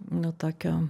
nu tokio